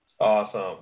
Awesome